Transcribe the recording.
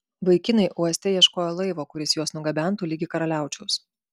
vaikinai uoste ieškojo laivo kuris juos nugabentų ligi karaliaučiaus